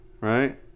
right